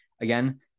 again